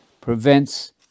prevents